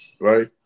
right